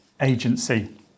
agency